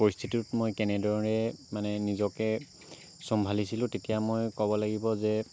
পৰিস্থিতিটোত মই কেনেদৰে মানে নিজকে চম্ভালিছিলো তেতিয়া মই ক'ব লাগিব যে